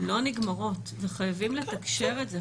לא נגמרות וחייבים לתקשר את זה.